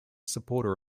supporter